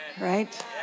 right